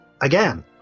again